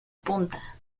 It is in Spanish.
punta